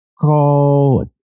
call